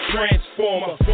Transformer